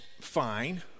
fine